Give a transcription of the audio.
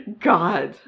God